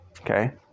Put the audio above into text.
okay